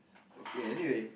okay anyway